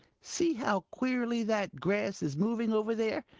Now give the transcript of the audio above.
see how queerly that grass is moving over there.